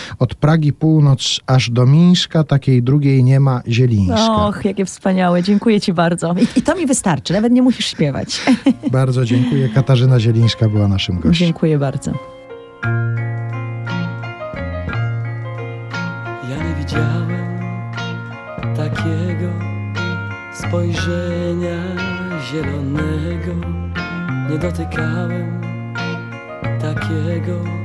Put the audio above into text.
Od Pragi Północ aż do Mińska, takiej drugiej nie ma, Zielińska. Och, jakie wspaniałe. Dziękuję ci bardzo. I- i to mi wystarczy. Nawet nie musisz śpiewać. Bardzo dziękuję. Katarzyna Zielińska była naszym gościem. Dziękuję bardzo. Ja nie widziałem takiego spojrzenia zielonego. Nie dotykałem takiego